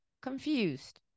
confused